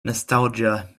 nostalgia